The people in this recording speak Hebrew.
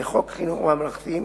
לחוק חינוך ממלכתי,